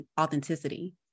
authenticity